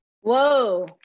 whoa